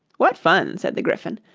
what fun said the gryphon,